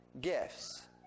gifts